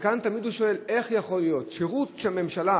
וכאן תמיד הוא שואל: איך יכול להיות ששירות שהממשלה,